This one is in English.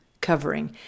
covering